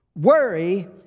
Worry